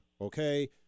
okay